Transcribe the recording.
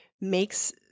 makes